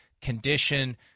condition